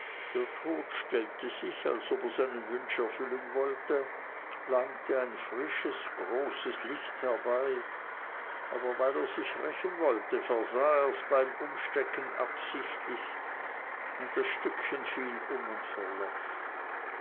der tod stellte sich als ob er seinen wunsch erfüllen wollte langte ein frisches großes licht herbei aber weil er sich rächen wollte versah ers beim umstecken absichtlich und das stückchen fiel um und verlosch